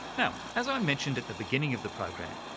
now, as i mentioned at the beginning of the program,